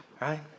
right